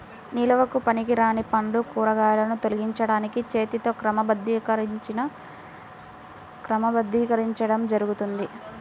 నిల్వకు పనికిరాని పండ్లు, కూరగాయలను తొలగించడానికి చేతితో క్రమబద్ధీకరించడం జరుగుతుంది